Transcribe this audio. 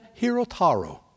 Hirotaro